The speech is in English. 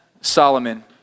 Solomon